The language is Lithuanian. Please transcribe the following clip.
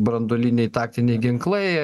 branduoliniai taktiniai ginklai